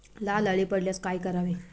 लाल अळी पडल्यास काय करावे?